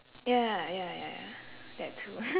ya ya ya ya that too